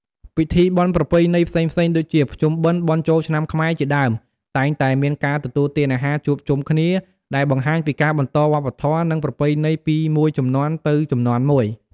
ពិធីបុណ្យប្រពៃណីផ្សេងៗដូចជា ភ្ជុំបិណ្ឌ បុណ្យចូលឆ្នាំខ្មែរ ជាដើម តែងតែមានការទទួលទានអាហារជួបជុំគ្នា ដែលបង្ហាញពីការបន្តវប្បធម៌ និងប្រពៃណីពីមួយជំនាន់ទៅជំនាន់មួយ។